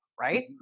right